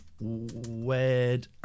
Wed